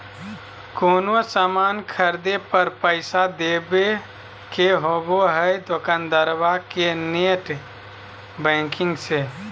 कोनो सामान खर्दे पर पैसा देबे के होबो हइ दोकंदारबा के नेट बैंकिंग से